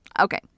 Okay